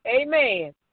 Amen